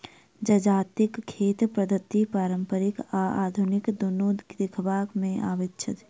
जजातिक खेती पद्धति पारंपरिक आ आधुनिक दुनू देखबा मे अबैत अछि